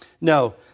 No